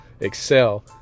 excel